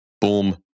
boom